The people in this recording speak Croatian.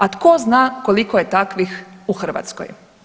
A tko zna koliko je takvih u Hrvatskoj?